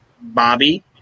Bobby